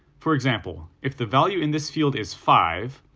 for example, if the value in this field is five,